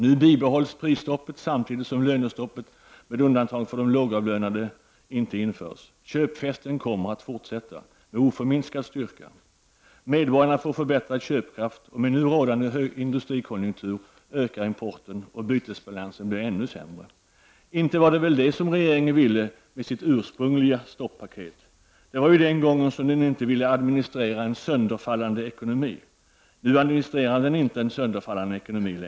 Nu bibehålls prisstoppet samtidigt som lönestoppet, med undantag för de lågavlönade, inte införs. Köpfesten kommer att fortsätta med oförminskad kraft. Medborgarna får förbättrad köpkraft, och med nu rådande hög industrikonjunktur ökar importen och bytesbalansen blir ännu sämre. Inte var det väl det som regeringen ville med sitt ursprungliga stoppaket? Det var ju den gången som regeringen inte ville administrera en sönderfallande ekonomi. Nu administrerar den inte längre en sönderfallande ekonomi.